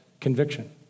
conviction